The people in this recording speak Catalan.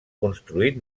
construït